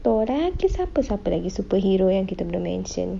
thor lagi siapa siapa lagi superhero yang kita belum mention